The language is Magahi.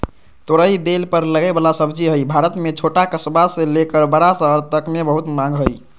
तोरई बेल पर लगे वला सब्जी हई, भारत में छोट कस्बा से लेकर बड़ा शहर तक मे बहुत मांग हई